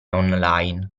online